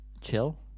chill